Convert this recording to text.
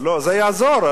זה יעזור.